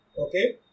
Okay